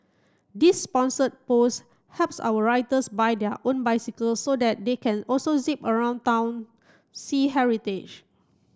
this sponsored post helps our writers buy their own bicycles so their they can also zip around town see heritage